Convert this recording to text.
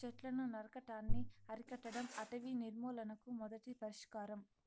చెట్లను నరకటాన్ని అరికట్టడం అటవీ నిర్మూలనకు మొదటి పరిష్కారం